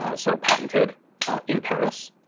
ah so patented in paris.